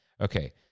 okay